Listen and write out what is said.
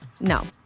No